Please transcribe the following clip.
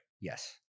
Yes